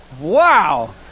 Wow